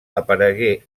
aparegué